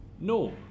no